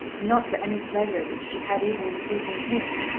and not for any pleasure which she had even in pleasing him.